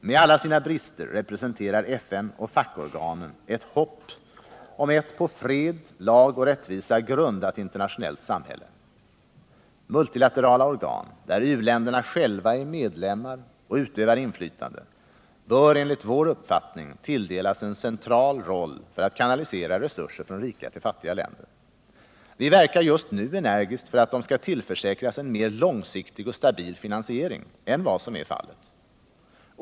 Med alla sina brister representerar FN och fackorganen ett hopp om ett på fred, lag och rättvisa grundat internationellt samhälle. Multilaterala organ, där u-länderna själva är medlemmar och utövar inflytande, bör enligt vår uppfattning tilldelas en central roll för att kanalisera resurser från rika till fattiga länder. Vi verkar nu energiskt för att de skall tillförsäkras en mer långsiktig och stabil finansiering än vad som ännu är fallet.